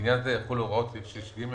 לעניין זה יחולו הוראות סעיף 6(ג),